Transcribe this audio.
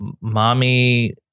mommy